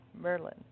Merlin